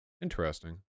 Interesting